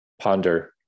ponder